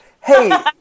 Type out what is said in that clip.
hey